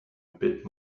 bit